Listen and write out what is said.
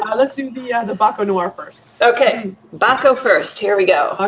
um let's do the yeah the baco noir first. okay, baco first. here we go. ah